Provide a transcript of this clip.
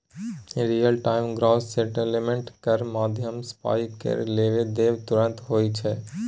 real time gross settlement केर माध्यमसँ पाइ केर लेब देब तुरते होइ छै